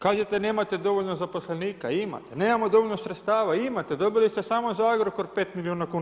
Kažete nemate dovoljno zaposlenika, imate, nemamo dovoljno sredstava, imate, dobili ste samo za Agrokor 5 milijuna kuna.